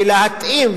ולהתאים,